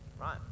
Right